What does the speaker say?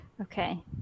Okay